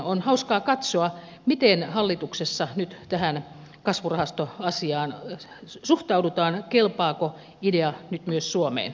on hauskaa katsoa miten hallituksessa nyt tähän kasvurahastoasiaan suhtaudutaan kelpaako idea nyt myös suomeen